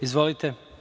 Izvolite.